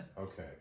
okay